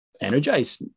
energize